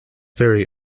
very